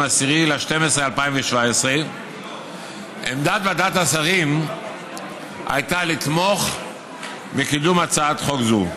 10 בדצמבר 2017. עמדת ועדת השרים הייתה לתמוך בקידום הצעת חוק זו.